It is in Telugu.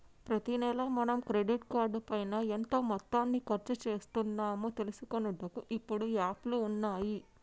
ప్రతి నెల మనం క్రెడిట్ కార్డు పైన ఎంత మొత్తాన్ని ఖర్చు చేస్తున్నాము తెలుసుకొనుటకు ఇప్పుడు యాప్లు ఉన్నాయి